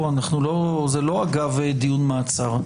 זה לא אגב דיון מעצר.